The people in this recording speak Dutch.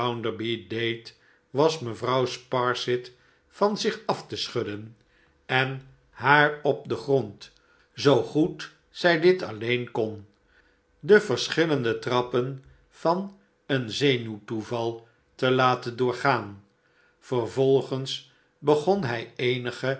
was mevrouw sparsit van zich af te schudden en haar op den grond zoo goed zij dit alleen kon de verschillende trappen van een zenuwtoeval te laten doorgaan vervolgens begon hij eenige